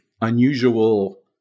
unusual